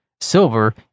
silver